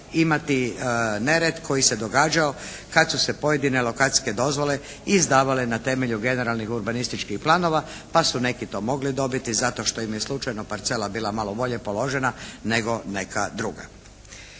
imati nered koji se događao kad su se pojedine lokacijske dozvole izdavale na temelju generalnih urbanističkih planova, pa su neki to mogli dobiti zato što im je slučajno parcela bila malo bolje položena nego neka druga.